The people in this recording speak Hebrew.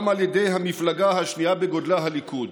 גם על ידי המפלגה השנייה בגודלה, הליכוד.